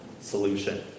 solution